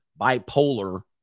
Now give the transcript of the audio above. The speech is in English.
bipolar